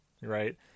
right